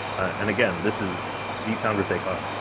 and again, this is the chandrasekar,